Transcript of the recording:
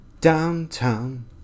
Downtown